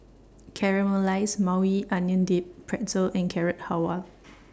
Caramelized Maui Onion Dip Pretzel and Carrot Halwa